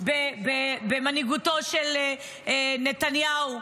במנהיגותו של נתניהו,